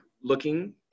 looking